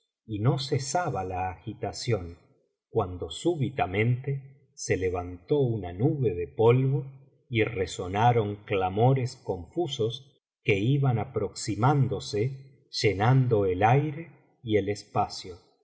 y no cesaba la agitación cuando súbitamente se levantó una nube de polvo y resonaron clamores confusos que iban aproximándose llenando el aire y el espacio